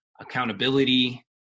accountability